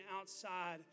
outside